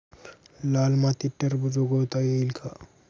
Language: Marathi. लाल मातीत टरबूज उगवता येईल का?